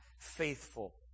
faithful